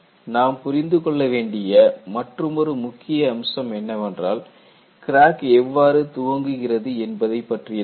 நாம் புரிந்து கொள்ளவேண்டிய மற்றுமொரு முக்கிய அம்சம் என்னவென்றால் கிராக் எவ்வாறு துவங்குகிறது என்பதை பற்றியதாகும்